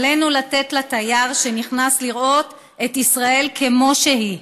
עלינו לתת לתייר שנכנס לראות את ישראל כמו שהיא,